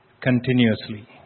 continuously